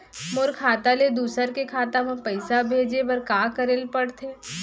मोर खाता ले दूसर के खाता म पइसा भेजे बर का करेल पढ़थे?